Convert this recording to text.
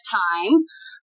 time